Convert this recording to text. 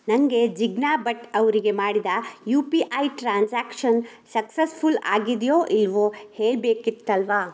ನನಗೆ ಜಿಗ್ನಾ ಭಟ್ ಅವರಿಗೆ ಮಾಡಿದ U P I transaction successful ಆಗಿದೆಯೋ ಇಲ್ಲವೋ ಹೇಳ್ಬೇಕಿತ್ತಲ್ವಾ